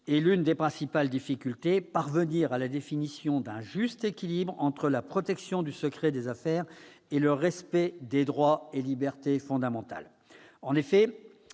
et l'une des principales difficultés : parvenir à la définition d'un juste équilibre entre la protection du secret des affaires et le respect des droits et libertés fondamentales. En effet,